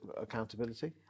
accountability